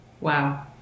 Wow